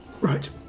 Right